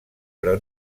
però